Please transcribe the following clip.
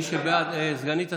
סגנית השר,